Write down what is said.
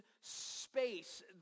space